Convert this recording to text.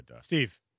Steve